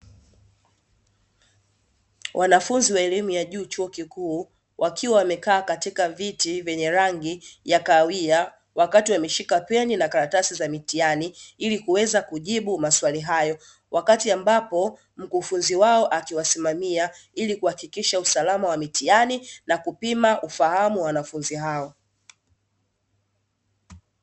Wanafunzi wa elimu ya juu chuo kikuu wakiwa wamekaa katika viti vyenye rangi ya kahawia, wakati wameshika peni na karatasi za mitihani ili kuweza kujibu maswali hayo, wakati ambapo mkufunzi wao akiwasimamia ili kuhakikisha usalama wa mitihani na kupima ufahamu wa wanafunzi hao.